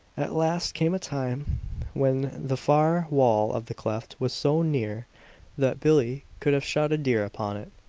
at last came a time when the far wall of the cleft was so near that billie could have shot a deer upon it.